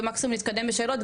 ומקסימום נתקדם בשאלות,